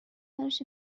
براش